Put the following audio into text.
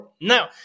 Now